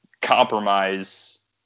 compromise